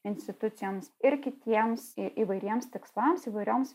institucijoms ir kitiems įvairiems tikslams įvairioms